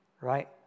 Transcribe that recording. Right